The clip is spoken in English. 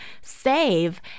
save